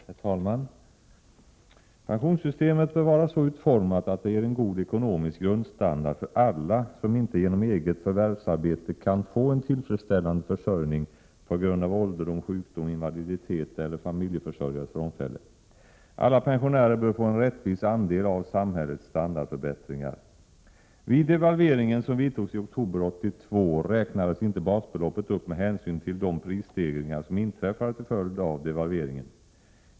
Herr talman! Pensionssystemet bör vara så utformat att det ger en god ekonomisk grundstandard för alla som inte genom eget förvärvsarbete kan få en tillfredsställande försörjning på grund av ålderdom, sjukdom, invaliditet eller familjeförsörjares frånfälle. Alla pensionärer bör få en rättvis andel av samhällets standardförbättringar. Vid devalveringen som vidtogs i oktober 1982 räknades inte basbeloppet upp med hänsyn till de prisstegringar som inträffade till följd av devalveringen.